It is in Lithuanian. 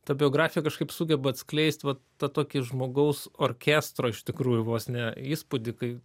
ta biografija kažkaip sugeba atskleisti vat tą tokį žmogaus orkestro iš tikrųjų vos ne įspūdį kai